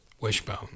Wishbone